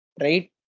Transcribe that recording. right